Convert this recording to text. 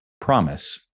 promise